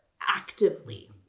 actively